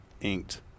inked